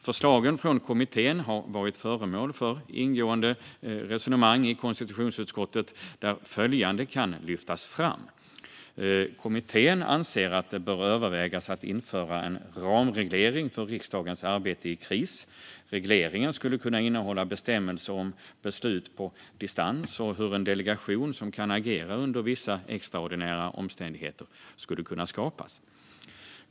Förslagen från kommittén har varit föremål för ingående resonemang i konstitutionsutskottet, där följande kan lyftas fram: Kommittén anser att man bör överväga att införa en ramreglering för riksdagens arbete i kris. Regleringen skulle kunna innehålla bestämmelser om beslut på distans och hur en delegation som kan agera under vissa extraordinära omständigheter skulle kunna skapas.